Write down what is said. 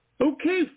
Okay